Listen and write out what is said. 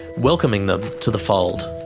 welcoming them to the fold.